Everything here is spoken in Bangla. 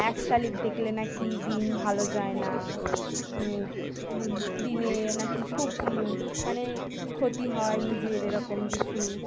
এক শালিক দেখলে না কি দিন ভালো যায় না দিনে নাকি খুব মানে ক্ষতি হয় নিজের এরকম কিছু